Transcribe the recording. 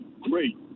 great